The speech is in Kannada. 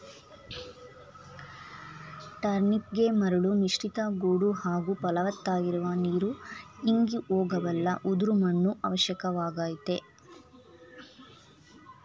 ಟರ್ನಿಪ್ಗೆ ಮರಳು ಮಿಶ್ರಿತ ಗೋಡು ಹಾಗೂ ಫಲವತ್ತಾಗಿರುವ ನೀರು ಇಂಗಿ ಹೋಗಬಲ್ಲ ಉದುರು ಮಣ್ಣು ಅವಶ್ಯಕವಾಗಯ್ತೆ